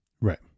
Right